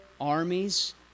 armies